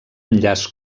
enllaç